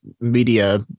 media